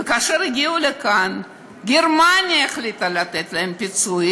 וכאשר הגיעו לכאן, גרמניה החליטה לתת להם פיצויים.